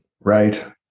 Right